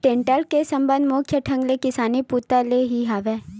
टेंड़ा के संबंध मुख्य ढंग ले किसानी बूता ले ही हवय